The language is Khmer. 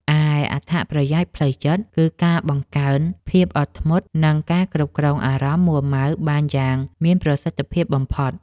ឯអត្ថប្រយោជន៍ផ្លូវចិត្ត គឺការបង្កើនភាពអត់ធ្មត់ និងការគ្រប់គ្រងអារម្មណ៍មួរម៉ៅបានយ៉ាងមានប្រសិទ្ធភាពបំផុត។